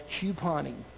couponing